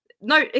No